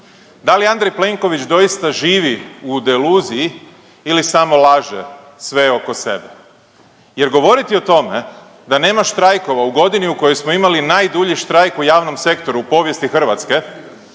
Da li Andrej Plenković doista živi u deluziji ili samo laže sve oko sebe. Jer, govoriti o tome da nema štrajkova u godini u kojoj smo imali najdulji štrajk u javnom sektoru u povijesti Hrvatske